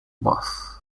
voz